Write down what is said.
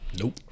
Nope